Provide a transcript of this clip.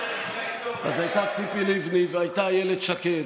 אז הייתה ציפי לבני, והייתה אילת שקד,